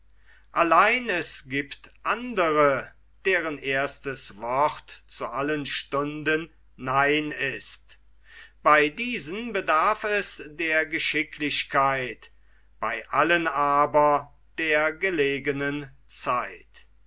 allein es giebt andre deren erstes wort zu allen stunden nein ist bei diesen bedarf es der geschicklichkeit bei allen aber der gelegenen zeit